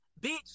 bitch